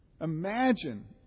Imagine